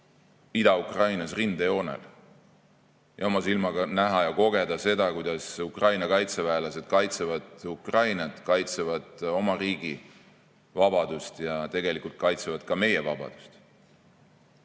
Ida-Ukrainas rindejoonel ja oma silmaga näha ja kogeda seda, kuidas Ukraina kaitseväelased kaitsevad Ukrainat, kaitsevad oma riigi vabadust ja tegelikult kaitsevad ka meie vabadust.